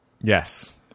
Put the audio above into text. Yes